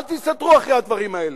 אל תסתתרו מאחורי הדברים האלה.